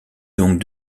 donc